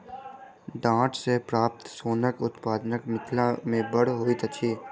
डांट सॅ प्राप्त सोनक उत्पादन मिथिला मे बड़ होइत अछि